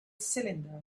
cylinder